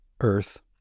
earth